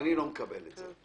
אני לא מקבל את זה.